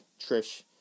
Trish